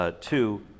Two